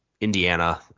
Indiana